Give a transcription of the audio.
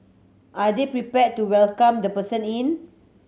are they prepared to welcome the person in